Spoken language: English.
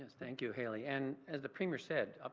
thank you, hailey. and esther premier said,